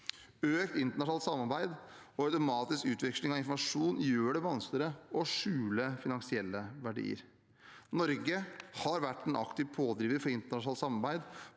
Økt internasjonalt samarbeid og automatisk utveksling av informasjon gjør det vanskeligere å skjule finansielle verdier. Norge har vært en aktiv pådriver for internasjonalt samarbeid